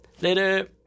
later